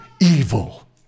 evil